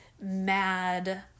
mad